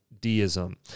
deism